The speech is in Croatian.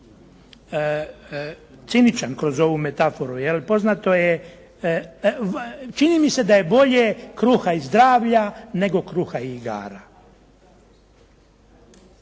ciničan kroz ovu metaforu, jel? Poznato je, čini mi se da je bolje kruha i zdravlja, nego kruha i igara.